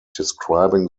describing